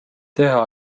teha